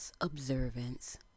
observance